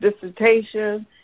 dissertation